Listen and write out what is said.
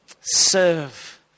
Serve